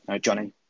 Johnny